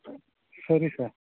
ಸರಿ ಸರ್